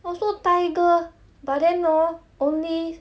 also thai girl but then hor only